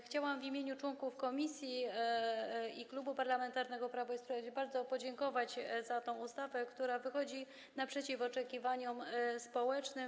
Chciałam w imieniu członków komisji i Klubu Parlamentarnego Prawo i Sprawiedliwość bardzo podziękować za tę ustawę, która wychodzi naprzeciw oczekiwaniom społecznym.